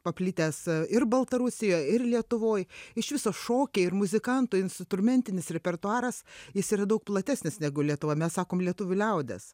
paplitęs ir baltarusijoj ir lietuvoj iš viso šokiai ir muzikantų instrumentinis repertuaras jis yra daug platesnis negu lietuva mes sakom lietuvių liaudies